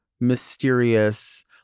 Mysterious